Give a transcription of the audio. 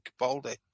Capaldi